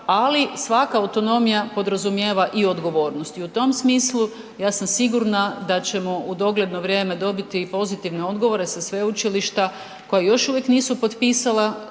ali svaka autonomija podrazumijeva i odgovornosti i u tom smislu, ja sam sigurna da ćemo u dogledno vrijeme dobiti pozitivne odgovore sa sveučilišta koja još uvijek nisu potpisala